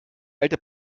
alte